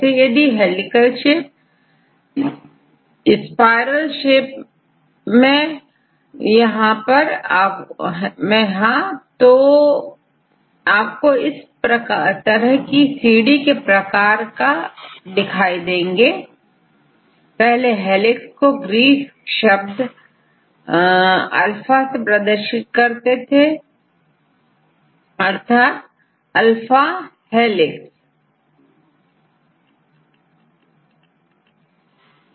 तो यदि यह हेलीकल शेप में दिखाई दे जैसे स्पाइरल होता हैतो यह हेलिक्स होगा अब दूसरा सीढ़ी नुमा है तो यह सीढ़ीहोगी इस तरह अल्फा हेलिक्स और दूसरा बीटा सीट है